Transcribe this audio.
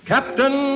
Captain